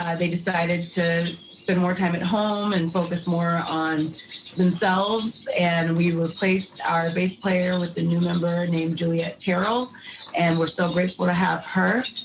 ah they decided to spend more time at home and focus more on themselves and we replaced our bass player with a new member named juliette terrell and we're so grateful to have her.